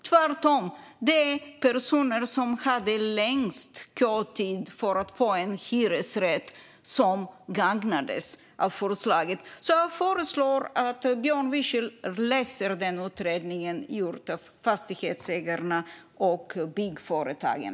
Tvärtom var det de personer som hade längst kötid för att få en hyresrätt som gagnades av förslaget. Jag föreslår att Björn Wiechel läser den utredning som gjorts av fastighetsägarna och byggföretagen.